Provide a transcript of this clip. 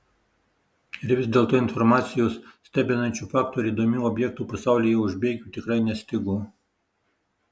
ir vis dėlto informacijos stebinančių faktų ir įdomių objektų pasaulyje už bėgių tikrai nestigo